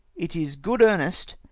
it is good earnest,